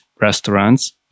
restaurants